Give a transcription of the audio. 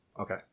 Okay